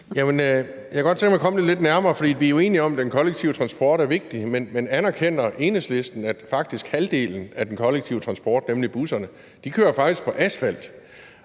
jeg kunne godt tænke mig at komme det lidt nærmere. Vi er jo enige om, at den kollektive transport er vigtig, men anerkender Enhedslisten, at faktisk halvdelen af den kollektive transport, nemlig busserne, faktisk kører på asfalt?